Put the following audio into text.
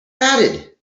added